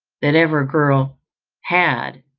that ever girl had,